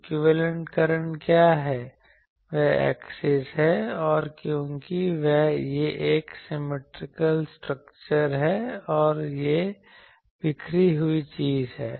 equivalent current क्या है वह एक्सिस है और क्योंकि यह एक सिमिट्रिकल स्ट्रक्चर है और यह बिखरी हुई चीज है